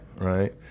Right